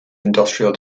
industrial